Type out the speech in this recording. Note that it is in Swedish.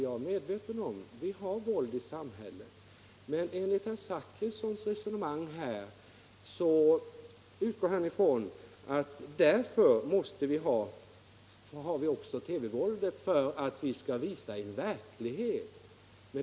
Jag är medveten om att vi har våld i samhället, men herr Zachrisson utgår i sitt resonemang från att vi skall ha TV-våldet för att visa en verklighet.